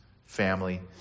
family